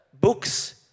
books